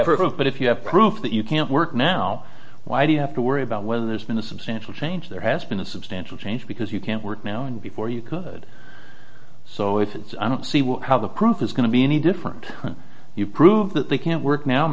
of but if you have proof that you can't work now why do you have to worry about whether there's been a substantial change there has been a substantial change because you can't work now and before you could so it's i don't see how the proof is going to be any different you prove that they can't work now